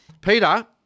Peter